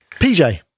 PJ